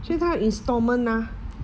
所以她要 installment ah